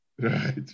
Right